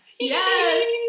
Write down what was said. Yes